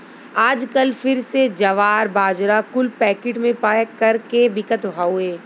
आजकल फिर से जवार, बाजरा कुल पैकिट मे पैक कर के बिकत हउए